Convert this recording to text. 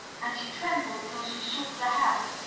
and she trembled till she shook the house,